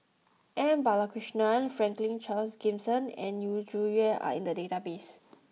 M Balakrishnan Franklin Charles Gimson and Yu Zhuye are in the database